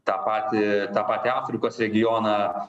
tą patį tą patį afrikos regioną